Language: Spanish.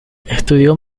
estudió